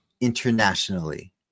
internationally